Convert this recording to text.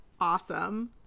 Awesome